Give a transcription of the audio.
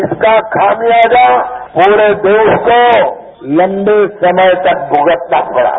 इसका खामियाजा पूरे देश को लम्बे समय तक भुगतना पड़ा